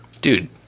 dude